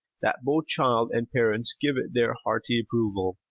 that both child and parents give it their hearty approval.